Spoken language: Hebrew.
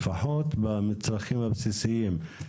לפחות במצרכים הבסיסיים.